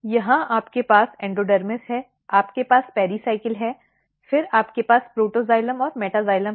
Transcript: यहां आपके पास एंडोडर्मिस है आपके पास पेराइकलिस है फिर आपके पास प्रोटोजाइलम और मेटाजाइलम है